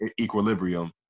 equilibrium